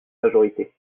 majorité